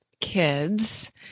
kids